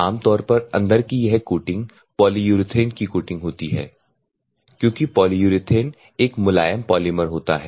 आमतौर पर अंदर की यह कोटिंग पॉलीयुरेथेन की कोटिंग होती है क्योंकि पॉलीयुरेथेन एक मुलायम पॉलीमर होता है